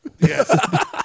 Yes